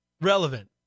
relevant